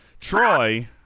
Troy